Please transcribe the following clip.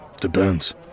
Depends